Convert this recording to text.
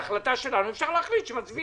בעיקר בתקופה כזאת יותר מאשר בתקופת בחירות,